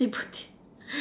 see bout it